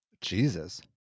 jesus